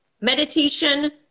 meditation